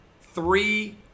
three